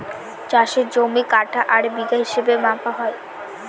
চাষের জমি কাঠা আর বিঘা হিসাবে মাপা হয়